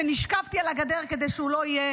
שנשכבתי על הגדר כדי שהוא לא יהיה,